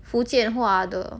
福建话的